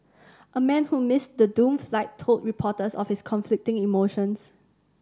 a man who missed the doomed flight told reporters of his conflicting emotions